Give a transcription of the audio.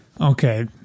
Okay